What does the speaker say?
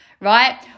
right